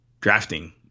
drafting